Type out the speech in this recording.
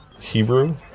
hebrew